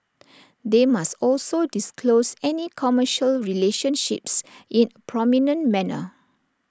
they must also disclose any commercial relationships in prominent manner